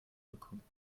bekommen